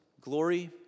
Glory